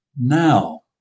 Now